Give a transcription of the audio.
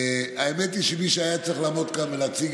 והאמת היא שמי שהיה צריך לעמוד כאן ולהציג